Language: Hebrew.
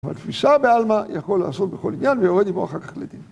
ו‫התפיסה בעלמא יכול לעשות בכל עניין, ‫ויורה את ליבו אחר כך לדין.